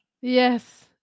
yes